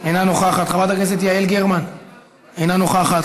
אינה נוכחת,